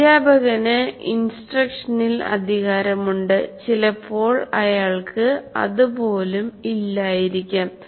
അധ്യാപകന് ഇൻസ്ട്രക്ഷനിൽ അധികാരമുണ്ട് ചിലപ്പോൾ അയാൾക്ക് അത് പോലും ഇല്ലായിരിക്കാം